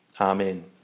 Amen